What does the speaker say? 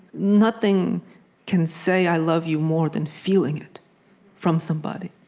nothing can say i love you more than feeling it from somebody.